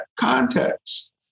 context